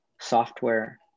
software